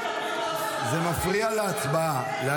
(קוראת בשם חבר הכנסת) יולי יואל אדלשטיין,